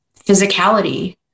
physicality